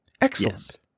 Excellent